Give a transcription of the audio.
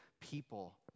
people